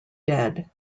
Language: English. dead